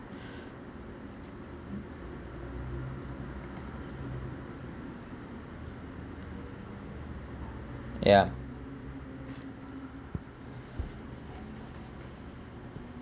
ya